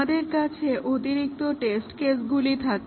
আমাদের কাছে অতিরিক্ত টেস্ট কেসগুলি থাকে